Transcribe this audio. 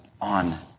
on